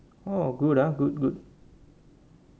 oh good ah good good